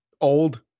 old